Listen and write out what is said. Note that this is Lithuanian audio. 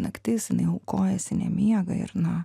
naktis jinai aukojasi nemiega ir na